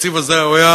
התקציב הזה היה,